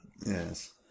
Yes